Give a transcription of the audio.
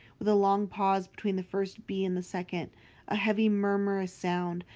with a long pause between the first b and the second a heavy, murmurous sound,